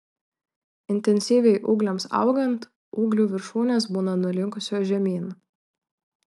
intensyviai ūgliams augant ūglių viršūnės būna nulinkusios žemyn